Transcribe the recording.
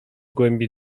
głębi